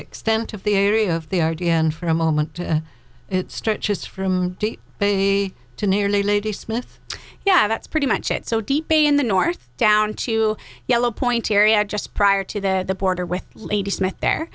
extent of the area of the r v and for a moment it stretches from baby to nearly lady smith yeah that's pretty much it so deep in the north down to yellow point area just prior to that the border with lady smith there